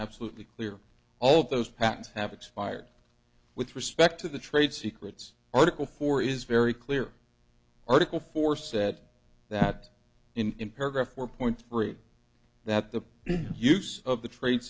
absolutely clear all those patents have expired with respect to the trade secrets article four is very clear article four said that in paragraph four point three that the use of the trade